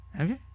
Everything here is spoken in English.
Okay